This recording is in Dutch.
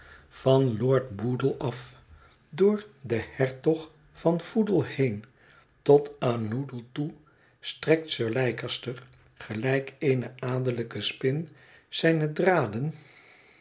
van lord boodle af door den hertog van foodle heen tot aan noodle toe strekt sir leicester gelijk eene adellijke spin zijne draden